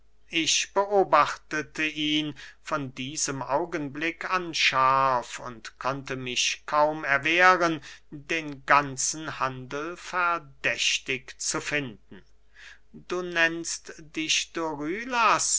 ich beobachtete ihn von diesem augenblick an scharf und konnte mich kaum erwehren den ganzen handel verdächtig zu finden du nennst dich